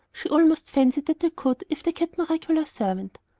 she almost fancied that they could if they kept no regular servant.